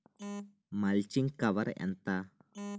Mulching cover ఎంత?